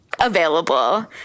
available